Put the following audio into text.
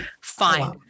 Fine